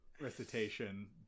recitation